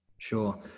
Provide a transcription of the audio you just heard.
Sure